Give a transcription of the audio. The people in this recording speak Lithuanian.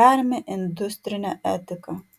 perėmė industrinę etiką